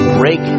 break